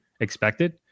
expected